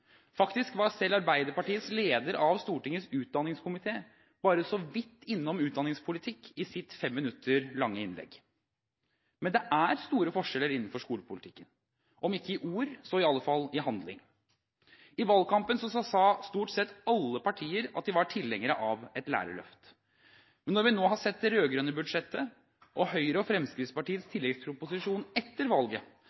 Faktisk var selv Arbeiderpartiets leder av Stortingets utdanningskomité bare så vidt innom utdanningspolitikk i sitt 5 minutter lange innlegg. Men det er store forskjeller innenfor skolepolitikken, om ikke i ord, så i alle fall i handling. I valgkampen sa stort sett alle partier at de var tilhengere av et lærerløft, men når vi nå har sett det rød-grønne budsjettet og Høyre og Fremskrittspartiets